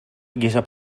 guisa